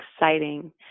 exciting